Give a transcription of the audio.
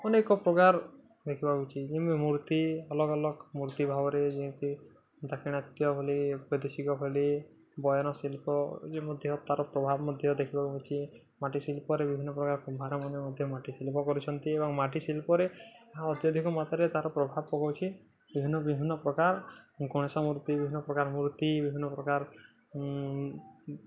ଅନେକ ପ୍ରକାର ଦେଖିବା ଯେମିତି ମୂର୍ତ୍ତି ଅଲଗା ଅଲଗା ମୂର୍ତ୍ତି ଭାବରେ ଯେମିତି ଦାକ୍ଷିଣାତ୍ୟ ଭଳି ବୈଦେଶିକ ଭଳି ବୟନଶିଳ୍ପ ଏ ମଧ୍ୟ ତା'ର ପ୍ରଭାବ ମଧ୍ୟ ଦେଖିବା ମାଟି ଶିଳ୍ପରେ ବିଭିନ୍ନ ପ୍ରକାର କୁମ୍ଭାର ମାନେ ମଧ୍ୟ ମାଟି ଶିଳ୍ପ କରୁଛନ୍ତି ଏବଂ ମାଟି ଶିଳ୍ପରେ ଅତ୍ୟଧିକ ମାତ୍ରାରେ ତା'ର ପ୍ରଭାବ ପକାଉଛି ବିଭିନ୍ନ ବିଭିନ୍ନ ପ୍ରକାର ଗଣେଶ ମୂର୍ତ୍ତି ବିଭିନ୍ନ ପ୍ରକାର ମୂର୍ତ୍ତି ବିଭିନ୍ନ ପ୍ରକାର